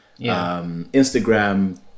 Instagram